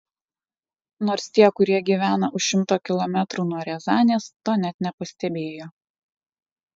nors tie kurie gyvena už šimto kilometrų nuo riazanės to net nepastebėjo